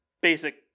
basic